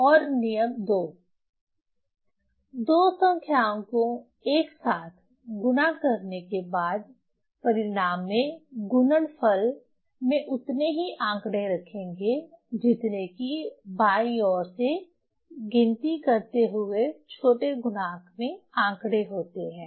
और नियम 2 दो संख्याओं को एक साथ गुणा करने के बाद परिणाम में गुणनफल मैं उतने ही आंकड़े रखेंगे जितने की बाईं ओर से गिनती करते हुए छोटे गुणांक में आंकड़े होते हैं